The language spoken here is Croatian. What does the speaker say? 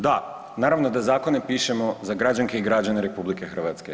Da, naravno da zakone pišemo za građanke i građane RH.